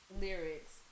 lyrics